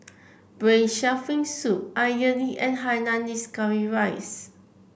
Braised Shark Fin Soup idly and Hainanese Curry Rice